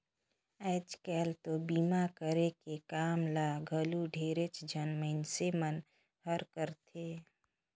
आयज कायल तो बीमा करे के काम ल घलो ढेरेच झन मइनसे मन हर करथे